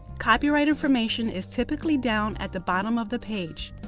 copyright information is typically down at the bottom of the page.